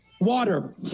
Water